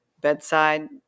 bedside